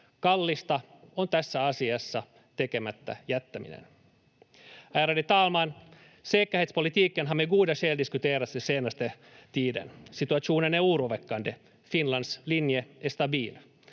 Kallista on tässä asiassa tekemättä jättäminen. Ärade talman! Säkerhetspolitiken har med goda skäl diskuterats den senaste tiden. Situationen är oroväckande. Finlands linje är stabil